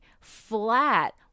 flat